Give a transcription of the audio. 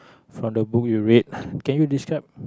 from the book you read can you describe